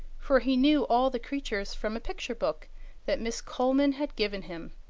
for he knew all the creatures from a picture book that miss coleman had given him.